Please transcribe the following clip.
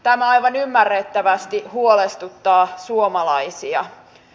tämä aivan ymmärrettävästi huolestuttaa suomalaisia